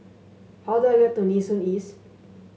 how do I get to Nee Soon East